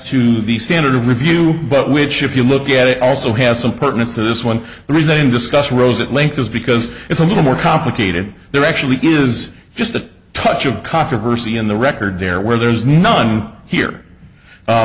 to the standard of review but which if you look at it also has some pertinence to this one the reason discussed rose at length is because it's a little more complicated there actually is just a touch of controversy in the record there where there is none here